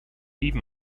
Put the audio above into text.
even